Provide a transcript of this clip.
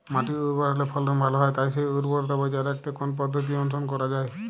মাটি উর্বর হলে ফলন ভালো হয় তাই সেই উর্বরতা বজায় রাখতে কোন পদ্ধতি অনুসরণ করা যায়?